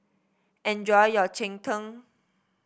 enjoy your Cheng Tng